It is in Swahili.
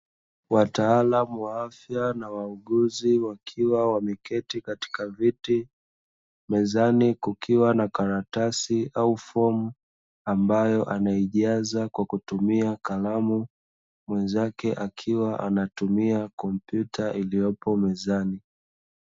Wataalamu wa afya na wauguzi wakiwa wameketi katika viti, mezani kukiwa na karatasi au fomu ambayo anaijaza kwa kutumia kalamu. Mwenzake akiwa anatumia komputa iliyopo mezani.